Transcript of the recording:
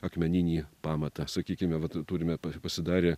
akmeninį pamatą sakykime vat turime pasidarę